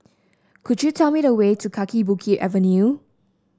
could you tell me the way to Kaki Bukit Avenue